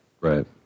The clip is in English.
Right